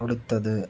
അടുത്തത്